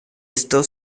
esto